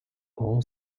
all